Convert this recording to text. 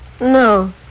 No